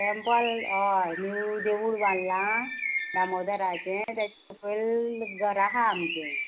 temple हय नीव देवूळ बांदलां दामोदराचें तेंजें सकयल घर आहा आमचें